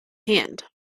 hand